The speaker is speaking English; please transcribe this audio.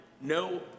no